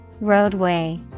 Roadway